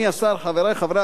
חברי חברי הכנסת,